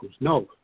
No